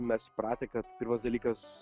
mes įpratę kad pirmas dalykas